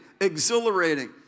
exhilarating